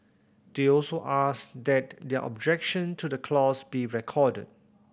they also asked that their objection to the clause be recorded